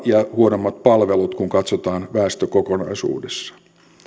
ja huonommat palvelut kun katsotaan väestöä kokonaisuudessaan